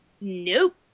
Nope